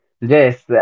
Yes